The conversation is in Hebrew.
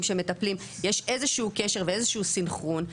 שמטפלים יש איזה שהוא קשר ואיזה שהוא סנכרון.